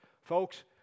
Folks